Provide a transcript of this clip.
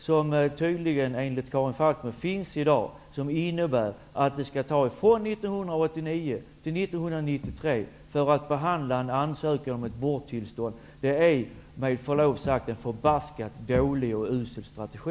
Det finns, enligt Karin Falkmer, en strategi som innebär att det skall ta tiden från 1989 till 1993 för att behandla en ansökan om ett borrtillstånd. Detta är med förlov sagt en förbaskat usel strategi.